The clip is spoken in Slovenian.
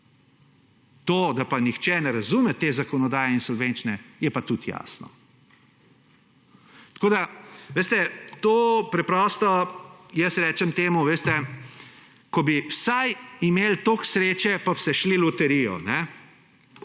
To, da pa nihče ne razume te zakonodaje insolvenčne je pa tudi jasno. Tako da, veste, to preprosto, jaz rečem temu, veste, ko bi vsaj imeli toliko sreče, pa bi se šli loterijo,